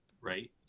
right